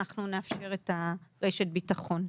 אנחנו נאפשר את רשת הביטחון.